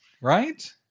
right